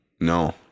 No